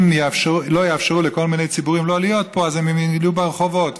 אם לא יאפשרו לכל מיני ציבורים להיות פה אז הם יהיו ברחובות,